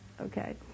Okay